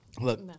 Look